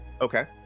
Okay